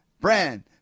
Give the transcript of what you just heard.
brand